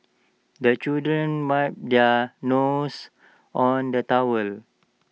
the children wipe their noses on the towel